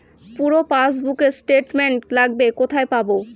পুরো পাসবুকের স্টেটমেন্ট লাগবে কোথায় পাব?